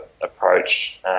approach